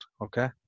okay